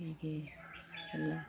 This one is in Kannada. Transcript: ಹೀಗೇ ಎಲ್ಲ